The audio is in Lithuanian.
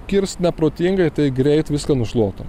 kirs neprotingai tai greit viską nušluotų